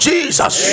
Jesus